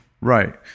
Right